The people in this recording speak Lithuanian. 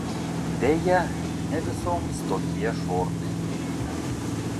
deja ne visoms tokie šortai tinka